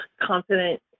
confident